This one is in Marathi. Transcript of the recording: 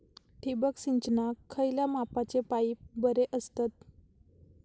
ठिबक सिंचनाक खयल्या मापाचे पाईप बरे असतत?